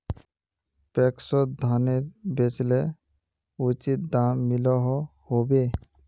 पैक्सोत धानेर बेचले उचित दाम मिलोहो होबे?